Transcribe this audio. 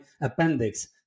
appendix